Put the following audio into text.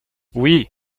oui